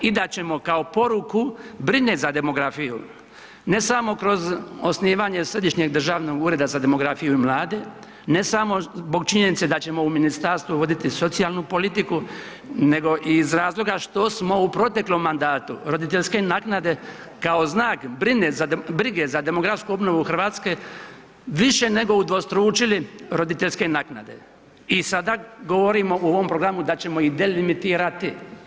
I da ćemo kao poruku brige za demografiju, ne samo kroz osnivanje Središnjeg državnog ureda za demografiju i mlade, ne samo zbog činjenice da ćemo u ministarstvu voditi socijalnu politiku, nego i oz razloga što smo u proteklom mandatu roditeljske naknade kao znak brige za demografsku obnovu Hrvatske, više nego udvostručili roditeljske naknade i sada govorimo u ovom programu da ćemo ih delimitirati.